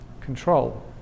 control